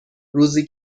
روزی